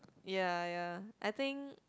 ya ya I think